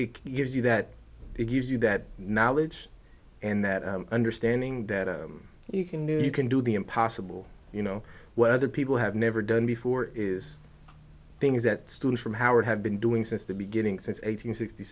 it gives you that it gives you that knowledge and that understanding that you can new you can do the impossible you know whether people have never done before is things that students from howard have been doing since the beginning since eight